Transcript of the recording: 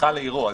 תמיכה לעירו.